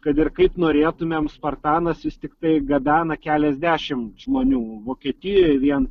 kad ir kaip norėtumėm spartanas vis tiktai gabena keliasdešimt žmonių vokietijoje vien